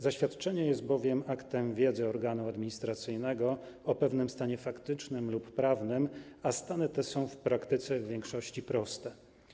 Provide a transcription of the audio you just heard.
Zaświadczenie jest bowiem aktem wiedzy organu administracyjnego o pewnym stanie faktycznym lub prawnym, a stany te są w praktyce w większości proste.